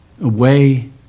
away